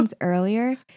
earlier